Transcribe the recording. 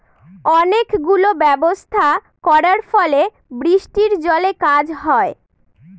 অনেক গুলো ব্যবস্থা করার ফলে বৃষ্টির জলে কাজ হয়